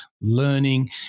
learning